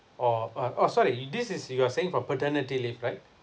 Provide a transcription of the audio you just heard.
oh uh oh sorry this is you are saying for paternity leave right